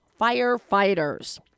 firefighters